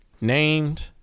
named